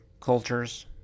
cultures